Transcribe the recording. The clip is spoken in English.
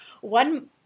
One